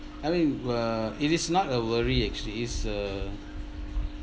I mean uh it is not a worry actually it's uh